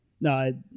no